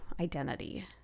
identity